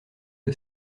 que